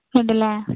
ഉണ്ടല്ലേ